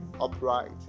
upright